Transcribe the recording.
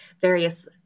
various